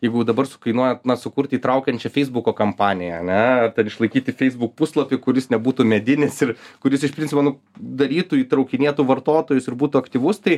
jeigu dabar su kainuoja sukurti įtraukiančią feisbuko kampaniją ane išlaikyti feisbuk puslapį kuris nebūtų medinis ir kuris iš principo nu darytų įtraukinėtų vartotojus ir būtų aktyvus tai